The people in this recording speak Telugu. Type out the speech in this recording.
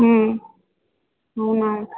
అవునా